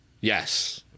Yes